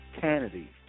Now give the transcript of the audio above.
Kennedy